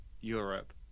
Europe